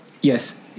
yes